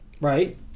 Right